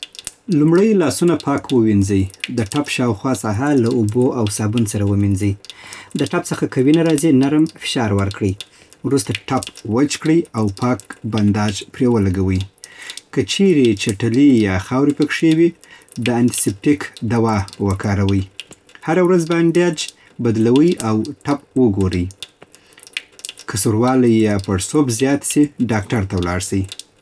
لومړی لاسونه پاک او ووینځئ. د ټپ شاوخوا ساحه له اوبو او صابون سره ومینځئ. د ټپ څخه که وینه راځي، نرم فشار ورکړئ. وروسته ټپ وچ کړئ او پاک بانډېج پرې ولګوئ. که چیرې چټلي یا خاورې پکښې وي، د آنتي‌سېپټیک وکاروئ. هره ورځ بانډېج بدلوئ او ټپ وګورئ. که سوروالی یا پړسوب زیات سي، ډاکټر ته ولاړ سئ.